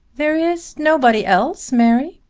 there is nobody else, mary?